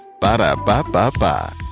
Ba-da-ba-ba-ba